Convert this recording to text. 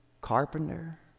carpenter